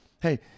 hey